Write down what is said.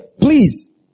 Please